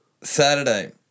Saturday